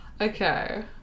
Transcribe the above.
Okay